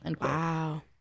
wow